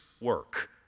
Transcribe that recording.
work